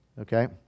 Okay